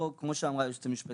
כמו שאמרה נעה היועצת המשפטית,